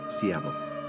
Seattle